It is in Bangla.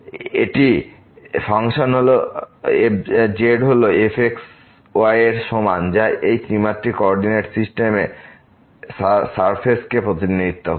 সুতরাং এটি ফাংশন z হল fx y এর সমান যা এই ত্রিমাত্রিক কোঅরডিনেট সিস্টেম coordinate syste সারফেসকে প্রতিনিধিত্ব করে